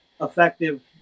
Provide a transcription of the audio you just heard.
effective